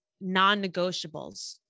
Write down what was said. non-negotiables